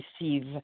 receive